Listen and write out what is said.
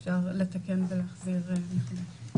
כמובן אפשר לתקן ולהחזיר מחדש.